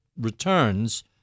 returns